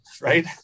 right